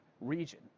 region